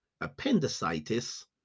appendicitis